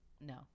No